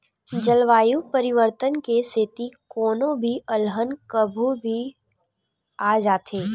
जलवायु परिवर्तन के सेती कोनो भी अलहन कभू भी आ जाथे